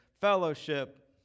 fellowship